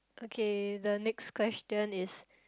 okay the next question is